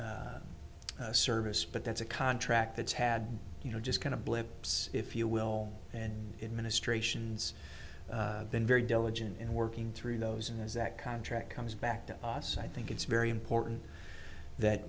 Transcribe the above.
a service but that's a contract that's had you know just kind of blips if you will and administrations been very diligent in working through those and those that contract comes back to us i think it's very important that